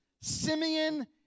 Simeon